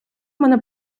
мене